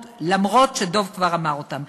אף-על-פי שדב כבר אמר אותם.